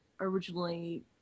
originally